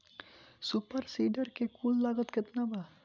Super seeder के कुल लागत केतना बा?